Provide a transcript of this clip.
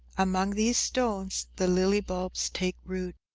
among these stones the lily bulbs take root.